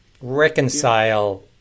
reconcile